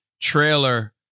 trailer